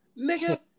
nigga